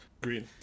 Green